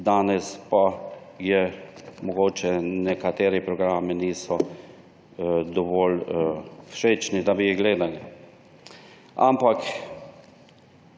danes pa mogoče nekateri programi niso dovolj všečni, da bi jih gledali. Ampak